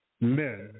men